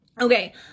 Okay